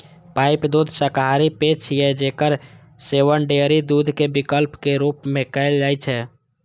pipe दूध शाकाहारी पेय छियै, जेकर सेवन डेयरी दूधक विकल्प के रूप मे कैल जाइ छै